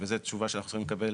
וזו תשובה שאנחנו צריכים לקבל,